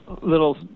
little